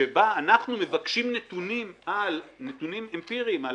שבה אנחנו מבקשים נתונים אמפיריים על